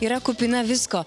yra kupina visko